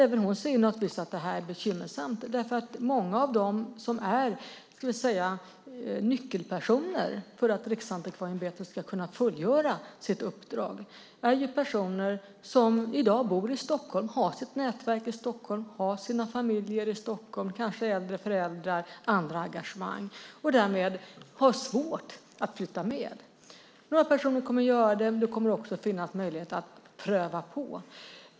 Även hon ser naturligtvis att det här är bekymmersamt. Många av dem som är nyckelpersoner för att Riksantikvarieämbetet ska kunna fullgöra sitt uppdrag är personer som i dag bor i Stockholm, har sitt nätverk i Stockholm och har sina familjer i Stockholm. De kanske har äldre föräldrar och andra engagemang. Därmed har de svårt att flytta med. Några personer kommer att göra det, och det kommer även att finnas möjlighet att pröva på.